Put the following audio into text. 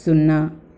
సున్నా